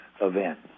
event